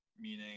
meaning